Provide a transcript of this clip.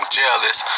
jealous